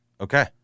Okay